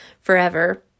forever